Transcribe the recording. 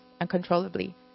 uncontrollably